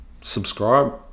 subscribe